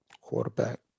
Quarterback